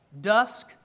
Dusk